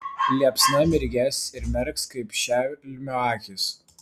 liepsna mirgės ir merks kaip šelmio akys